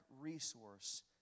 resource